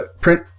print